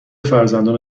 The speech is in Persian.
فرزندان